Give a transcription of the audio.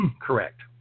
Correct